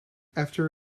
after